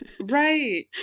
Right